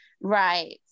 Right